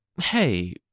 Hey